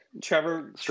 Trevor